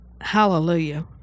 Hallelujah